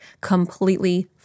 completely